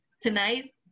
tonight